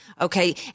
Okay